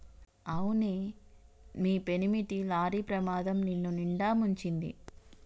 అవునే మీ పెనిమిటి లారీ ప్రమాదం నిన్నునిండా ముంచింది